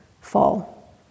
fall